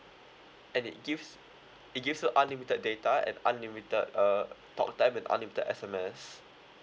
and it gives it gives you unlimited data and unlimited uh talk time and unlimited S_M_S